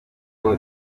kuko